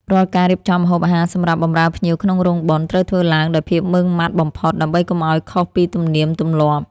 រាល់ការរៀបចំម្ហូបអាហារសម្រាប់បម្រើភ្ញៀវក្នុងរោងបុណ្យត្រូវធ្វើឡើងដោយភាពម៉ឺងម៉ាត់បំផុត ដើម្បីកុំឱ្យខុសពីទំនៀមទម្លាប់។